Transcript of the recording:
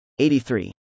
83